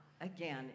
again